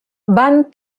van